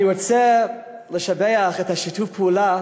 אני רוצה לשבח את שיתוף הפעולה